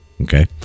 okay